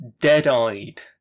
dead-eyed